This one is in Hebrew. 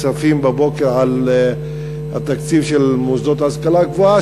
הכספים בבוקר על התקציב של המוסדות להשכלה גבוהה,